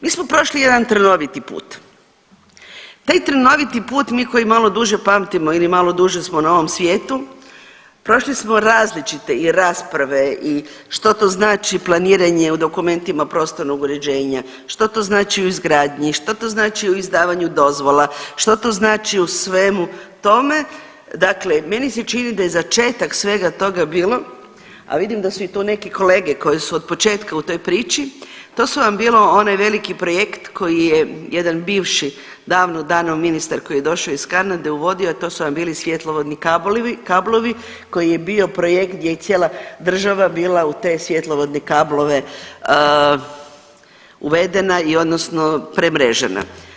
Mi smo prošli jedan trnoviti put, taj trnoviti put mi koji malo duže pamtimo ili malo duže smo na ovom svijetu prošli smo različite i rasprave i što to znači planiranje u dokumentima prostornog uređenja, što to znači u izgradnji, što to znači u izdavanju dozvola, što to znači u svemu tome, dakle meni se čini da je začetak svega toga bilo, a vidim da su i tu neki kolege koji su od početka u toj priči, to su vam bila onaj veliki projekt koji je jedan bivši davno dana ministar koji je došao iz Kanade uvodio, a to su vam bili svjetlovodni kablovi koji je bio projekt gdje je cijela država bila te svjetlovodne kablove uvedena i odnosno premrežena.